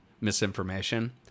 misinformation